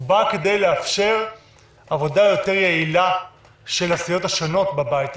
הוא בא כדי לאפשר עבודה יותר יעילה של הסיעות השונות בבית הזה,